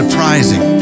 Surprising